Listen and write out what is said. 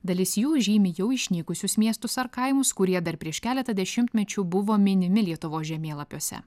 dalis jų žymi jau išnykusius miestus ar kaimus kurie dar prieš keletą dešimtmečių buvo minimi lietuvos žemėlapiuose